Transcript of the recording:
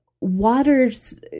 water's